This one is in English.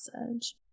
message